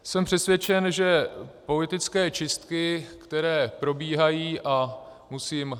Jsem přesvědčen, že politické čistky, které probíhají, a musím...